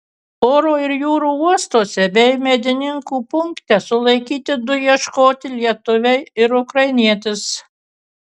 oro ir jūrų uostuose bei medininkų punkte sulaikyti du ieškoti lietuviai ir ukrainietis